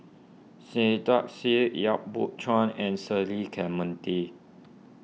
Saiedah Said Yap Boon Chuan and Cecil Clementi